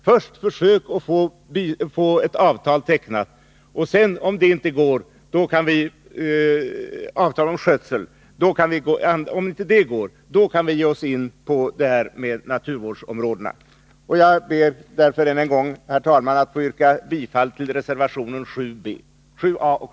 Först 3 försöker vi få ett avtal om skötseln tecknat, och om det inte går kan vi sedan ta upp frågan om bildande av naturvårdsområden. Jag ber än en gång, herr talman, att få yrka bifall till reservationerna 6 och